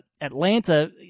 Atlanta